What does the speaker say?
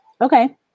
Okay